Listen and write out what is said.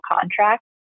contract